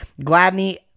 Gladney